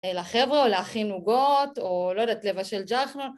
לחבר'ה או להכין עוגות או לא יודעת, לבשל ג'חנון.